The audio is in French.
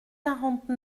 quarante